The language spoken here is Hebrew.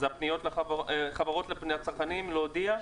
מדבר על הפניות של החברות חברות לפניות צרכנים להודיע?